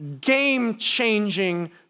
game-changing